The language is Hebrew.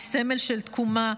היא סמל של תקומה,